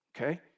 Okay